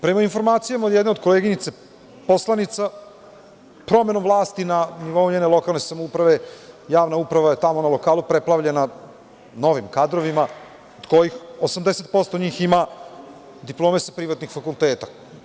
Prema informacijama od jedne od koleginica poslanica, promenom vlasti na nivou njene lokalne samouprave javna uprava je tamo na lokalu preplavljena novim kadrovima, od kojih 80% njih ima diplome sa privatnih fakulteta.